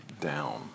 Down